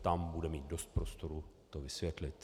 Tam bude mít dost prostoru to vysvětlit.